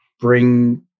bring